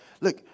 look